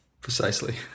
precisely